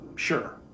Sure